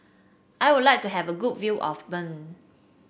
I would like to have a good view of Bern